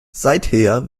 seither